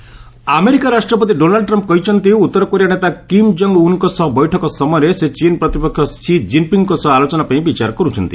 Trump China America ରାଷ୍ଟ୍ରପତି Donald Trump କହିଛନ୍ତି ଉତ୍ତର କୋରିଆ ନେତା କିମ୍ ଜଙ୍ଗ୍ ଉନ୍ଙ୍କ ସହ ବୈଠକ ସମୟରେ ସେ ଚୀନ୍ ପ୍ରତିପକ୍ଷ ସି ଜିନ୍ପିଙ୍ଗ୍ଙ୍କ ସହ ଆଲୋଚନା ପାଇଁ ବିଚାର କରୁଛନ୍ତି